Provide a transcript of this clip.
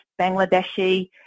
Bangladeshi